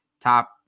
top